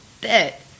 bet